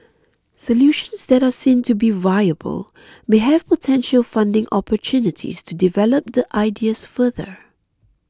solutions that are seen to be viable may have potential funding opportunities to develop the ideas further